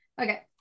okay